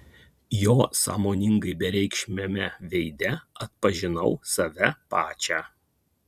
jo sąmoningai bereikšmiame veide atpažinau save pačią